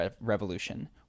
revolution